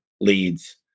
Leads